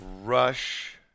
rush